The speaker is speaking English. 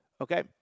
okay